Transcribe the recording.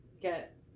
get